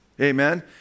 amen